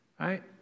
right